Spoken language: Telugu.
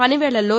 పని వేళల్లో